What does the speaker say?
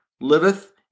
liveth